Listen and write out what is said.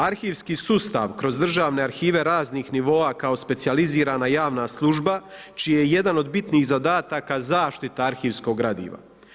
Arhivski sustav kroz državne arhive raznih nivoa kao specijalizirana javna služba, čiji je jedan od bitnih zadataka zaštita arhivskog gradiva.